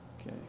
Okay